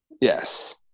Yes